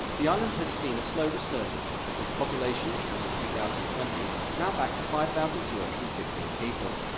the island has seen a slow resurgence, with the population, as of two thousand and twenty, now back to five thousand two hundred and fifteen people.